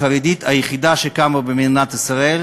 אלא החרדית היחידה שקמה במדינת ישראל,